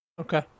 Okay